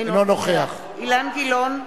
אינו נוכח אילן גילאון,